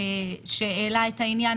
שהעלה את העניין.